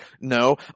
no